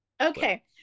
okay